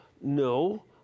no